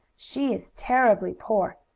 she is terribly poor.